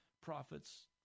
prophets